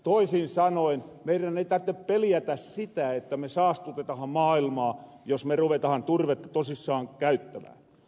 toisin sanoen meirän ei tartte peljätä sitä että me saastutetahan maailmaa jos me ruvetahan turvetta tosissaan käyttämään